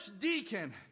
deacon